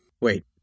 Wait